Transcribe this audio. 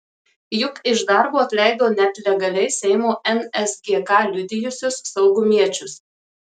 juk iš darbo atleido net legaliai seimo nsgk liudijusius saugumiečius